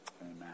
Amen